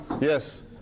Yes